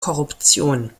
korruption